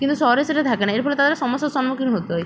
কিন্তু শহরে সেটা থাকে না এর ফলে তাদের সমস্যার সম্মুখীন হতে হয়